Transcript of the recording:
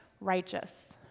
righteous